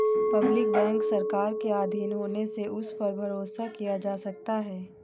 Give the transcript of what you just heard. public bank सरकार के आधीन होने से उस पर भरोसा किया जा सकता है